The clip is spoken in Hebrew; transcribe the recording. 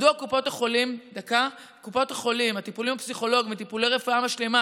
מדוע בקופות החולים הטיפולים הפסיכולוגיים וטיפולי רפואה משלימה,